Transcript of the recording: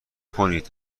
کنید